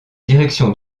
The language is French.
direction